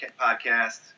podcast